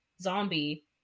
zombie